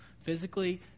physically